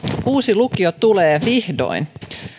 uusi lukio tulee vihdoin